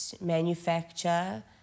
manufacture